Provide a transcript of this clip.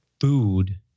food